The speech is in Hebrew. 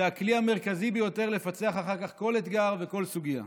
זה הכלי המרכזי ביותר לפצח אחר כך כל אתגר וכל סוגיה.